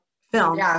film